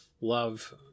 love